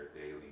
daily